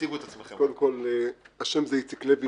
אני איציק לוי,